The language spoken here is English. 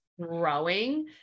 growing